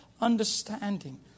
understanding